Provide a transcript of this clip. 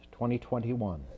2021